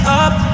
up